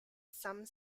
some